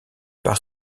par